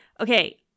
okay